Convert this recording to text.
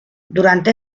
durante